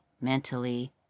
mentally